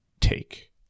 take